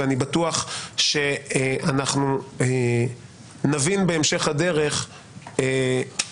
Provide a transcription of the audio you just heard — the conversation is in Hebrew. ואני בטוח שאנחנו נבין בהמשך הדרך מה